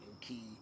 key